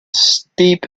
steep